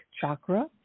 chakra